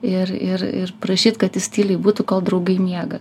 ir ir ir prašyt kad jis tyliai būtų kol draugai miega